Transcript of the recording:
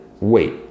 wait